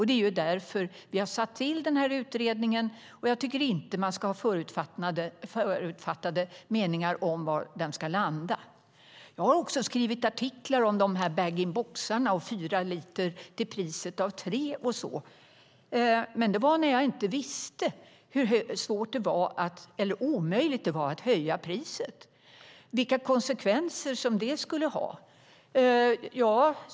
Det är därför som vi har satt till den här utredningen. Jag tycker inte man ska ha förutfattade meningar om var den ska landa. Jag har skrivit artiklar om bag-in-boxarna, om fyra liter till priset av tre och annat. Men det var när jag inte visste att det var omöjligt att höja priset och vilka konsekvenser det skulle ha.